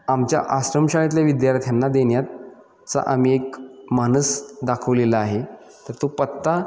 आमच्या आश्रमशाळेतल्या विद्यार्थ्यांना देण्याचा आम्ही एक मानस दाखवलेला आहे तर तो पत्ता